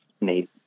need